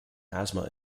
asthma